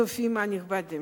צופים נכבדים,